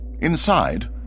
Inside